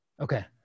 Okay